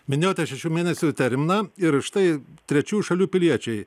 minėjote šešių mėnesių terminą ir štai trečiųjų šalių piliečiai